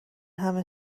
همه